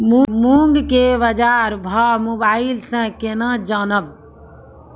मूंग के बाजार भाव मोबाइल से के ना जान ब?